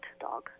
dog